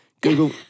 Google